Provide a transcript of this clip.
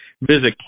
visit